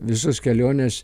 visos kelionės